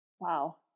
Wow